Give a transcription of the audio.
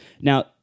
Now